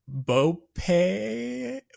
Bope